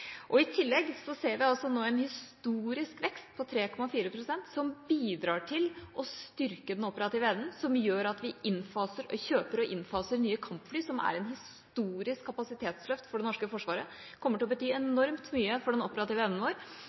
I tillegg ser vi altså nå en historisk vekst – på 3,4 pst. – som bidrar til å styrke den operative evnen, som gjør at vi kjøper og innfaser nye kampfly, som er et historisk kapasitetsløft for det norske forsvaret. Det kommer til å bety enormt mye for den operative evnen vår.